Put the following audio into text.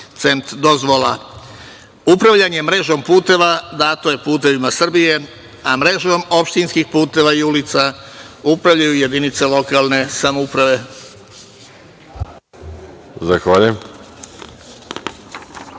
dozvola. Upravljanje mrežom puteva dato je putevima Srbije, a mrežom opštinskih puteva i ulica upravljaju jedinice lokalne samouprave. **Veroljub